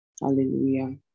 Hallelujah